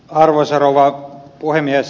arvoisa rouva puhemies